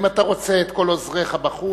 אם אתה רוצה את כל עוזריך בחוץ,